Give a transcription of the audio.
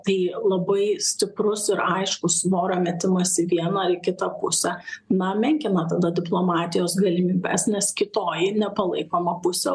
tai labai stiprus ir aiškus svorio metimas į vieną ar į kitą pusę na menkina tada diplomatijos galimybes nes kitoji nepalaikoma pusė